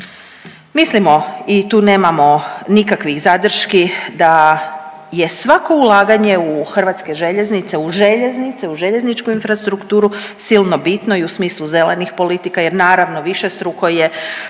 Mislimo i tu nemamo nikakvih zadrški da je svako ulaganje u HŽ, u željeznice, u željezničku infrastrukturu silno bitno i u smislu zelenih politika jer naravno, višestruko je